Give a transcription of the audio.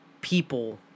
people